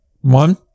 one